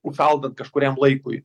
užšaldant kažkuriam laikui